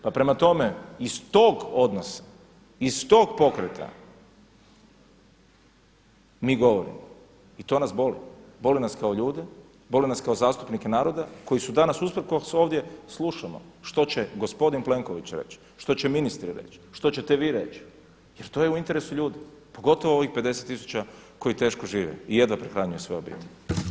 Pa prema tome iz tog odnosa iz tog pokreta mi govorimo i to nas boli, boli nas kao ljude, boli nas kao zastupnike naroda koji su danas usprkos ovdje slušamo što će gospodin Plenković reći, što će ministri reći, što ćete vi reći jer to je u interesu ljudi, pogotovo ovih 50000 koji teško žive i jedva prehranjuju svoje obitelji.